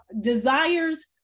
desires